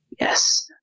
Yes